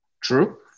True